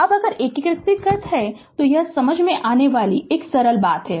अब अगर एकीकृत है तो यह समझ में आने वाली सरल बात है